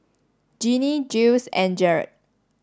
Ginny Jiles and Jarett